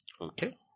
okay